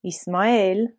Ismael